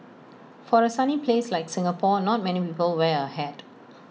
for A sunny place like Singapore not many people wear A hat